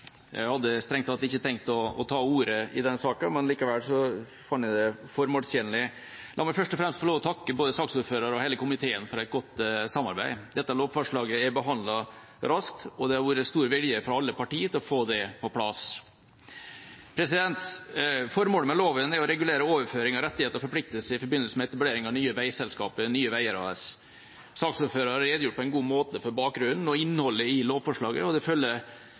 i denne saken. Likevel fant jeg det formålstjenlig. La meg først og fremst få takke både saksordføreren og hele komiteen for et godt samarbeid. Dette lovforslaget er behandlet raskt, og det har vært stor vilje fra alle partier til å få det på plass. Formålet med loven er å regulere overføring av rettigheter og forpliktelser i forbindelse med etablering av det nye veiselskapet Nye Veier AS. Saksordføreren har redegjort på en god måte for bakgrunnen og innholdet i lovforslaget, og det